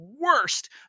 worst